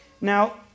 Now